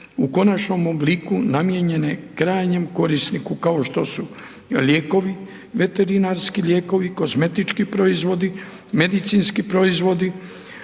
u konačnom obliku namijenjene krajnjem korisniku, kao što su lijekovi, veterinarski lijekovi, kozmetički proizvodi, medicinski proizvodi,